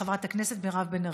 חברת הכנסת מירב בן ארי.